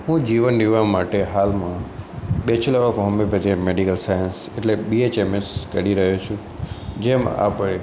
હું જીવન નિર્વાહ માટે હાલમાં bachelor of homeopathy medical science એટલે બી એચ એમ એસ કરી રહ્યો છું જેમાં આપણે